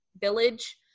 village